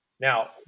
Now